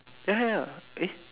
ya ya ya eh